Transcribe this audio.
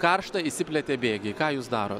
karšta išsiplėtė bėgiai ką jūs daro